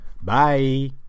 Bye